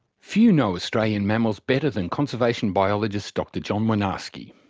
few know australian mammals better than conservation biologist dr john woinarksi.